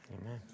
Amen